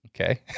Okay